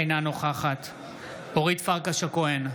אינה נוכחת אורית פרקש הכהן,